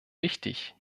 wichtig